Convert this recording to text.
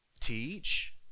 teach